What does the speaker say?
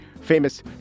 famous